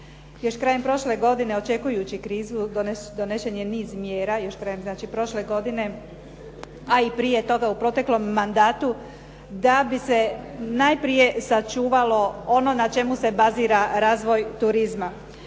Još krajem prošle godine očekujući krizu donesen je niz mjera, još znači krajem prošle godine a i prije toga u proteklom mandatu da bi se najprije sačuvalo ono na čemu se bazira razvoj turizma.